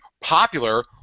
popular